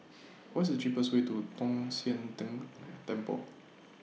What's The cheapest Way to Tong Sian Tng Temple